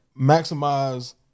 maximize